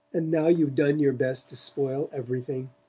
and now you've done your best to spoil everything!